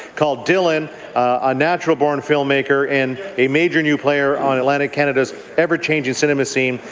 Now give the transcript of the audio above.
called dillon a natural-born filmmaker and a major new player on atlantic canada's ever-changing cinema scene,